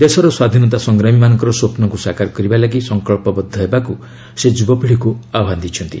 ଦେଶର ସ୍ୱାଧୀନତା ସଂଗ୍ରାମୀମାନଙ୍କର ସ୍ୱପ୍ନକୁ ସାକାର କରିବା ପାଇଁ ସଂକଳ୍ପବଦ୍ଧ ହେବାକୁ ସେ ଯୁବପିଢ଼ିକୁ ଆହ୍ୱାନ ଦେଇଛନ୍ତି